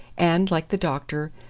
and, like the doctor,